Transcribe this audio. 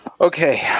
Okay